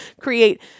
create